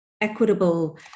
equitable